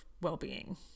well-being